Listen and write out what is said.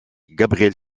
gabriel